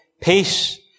Peace